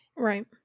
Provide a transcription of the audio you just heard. right